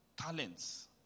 Talents